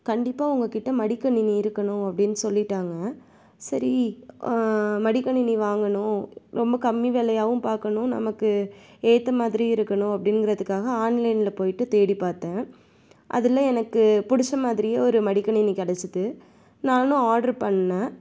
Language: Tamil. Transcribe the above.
கண்டிப்பாக உங்கள் கிட்ட மடிக்கணினி இருக்கணும் அப்படின்னு சொல்லிவிட்டாங்க சரி மடிக்கணினி வாங்கணும் ரொம்ப கம்மி விலையாகவும் பார்க்கணும் நமக்கு ஏற்ற மாதிரியும் இருக்கணும் அப்படிங்கிறதுக்காக ஆன்லைனில் போய்விட்டு தேடி பார்த்தேன் அதில் எனக்கு பிடிச்ச மாதிரியே ஒரு மடிக்கணினி கிடச்சுது நானும் ஆட்ரு பண்ணேன்